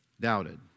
doubted